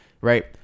Right